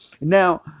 Now